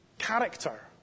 character